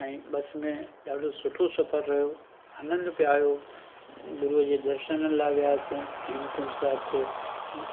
ऐं बसि में ॾाढो सुठो सफ़रु रहियो आनंद पिए आयो गुरुअ जे दर्शननि लाइ वियासीं हेमकुंड साहिब जे